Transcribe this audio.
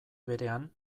berean